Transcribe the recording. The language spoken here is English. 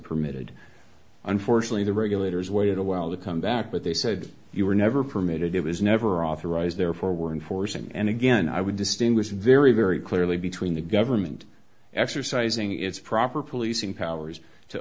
permitted unfortunately the regulators waited a while to come back but they said you were never permitted it was never authorized therefore were in force and again i would distinguish very very clearly between the government exercising its proper policing powers to